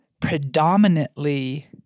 predominantly